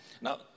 Now